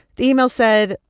the email said,